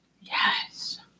Yes